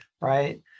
right